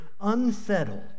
unsettled